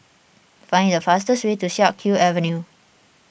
find the fastest way to Siak Kew Avenue